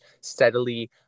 steadily